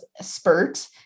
spurt